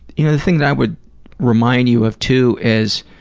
you know, the thing that i would remind you of, too, is,